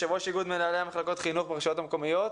יושב ראש איגוד מנהלי מחלקות חינוך ברשויות המקומיות.